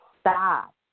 stop